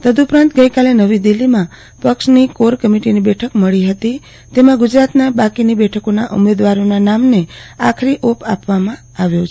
તદ્દ ઉપરાંત ગઈકાલે નવી દિલ્હીમાં પક્ષની કોર કમિટિની બેઠક મળી હતી અને તેમાં ગુજરાતની બાકીની બેઠકોના ઉમેદવારોના નામને આખરી ઓપ આપવામાં આવ્યો છે